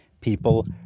People